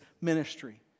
ministry